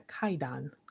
Kaidan